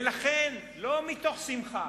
ולכן לא מתוך שמחה,